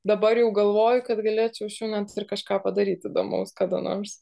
dabar jau galvoju kad galėčiau iš jų net ir kažką padaryt įdomaus kada nors